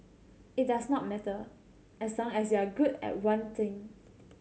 it does not matter as long as you're good at one thing